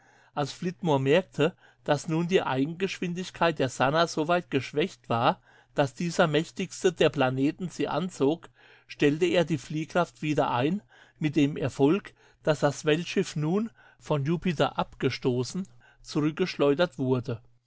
als flitmore merkte daß nun die eigengeschwindigkeit der sannah so weit geschwächt war daß dieser mächtigste der planeten sie anzog stellte er die fliehkraft wieder ein mit dem erfolg daß das weltschiff nun von jupiter abgestoßen zurückgeschleudert wurde